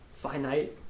finite